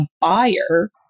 buyer